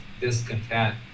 discontent